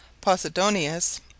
Posidonius